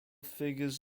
figures